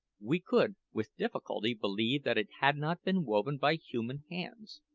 we could with difficulty believe that it had not been woven by human hands.